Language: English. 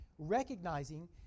recognizing